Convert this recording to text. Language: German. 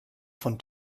von